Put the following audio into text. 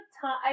time